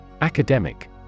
ACADEMIC